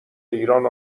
ایران